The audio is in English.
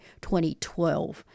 2012